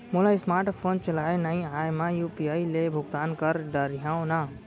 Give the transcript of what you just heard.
मोला smartphone चलाए नई आए मैं यू.पी.आई ले भुगतान कर डरिहंव न?